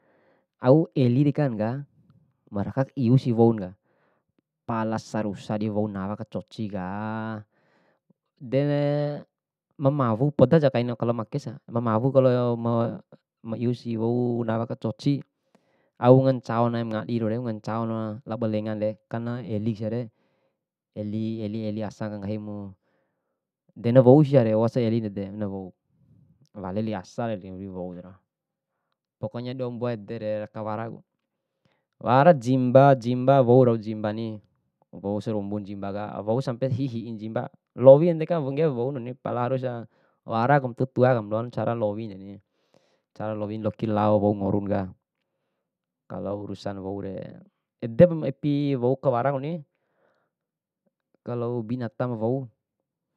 Au eli dekanka, marakaku iusi wounka, pala sarusa de wou nawa kacoci ka, de mamawu poda jakaina kalo ma akesi, mamawu ma iusi nawa kacoci. Au wunga ncauna ama ngadi dohore, wunga ncauna labo renganle, kan ali siare eli- eli- ali asa nggahimu, de na wou siare wausi elindede, na wou, wale di ase. Pokoknya dua mbua edere rakawaraku, wara jimba jimba wou rau jimbani, waou sarumbun jimbaka, wou sampe hi'i hi'i jimba, lowi dekamu nge'e wounani, pala haruse, waraku ma tua ma loan cara lowi deni, cara lowin loki lau wou ngoruka, kalo urusan woure, edep ma ipi wou kawarakuni, kalo binata ma wou.